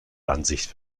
ansicht